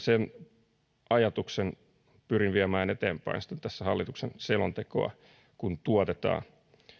sen ajatuksen pyrin viemään eteenpäin sitten kun hallituksen selontekoa tuotetaan